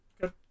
Good